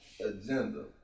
agenda